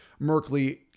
Merkley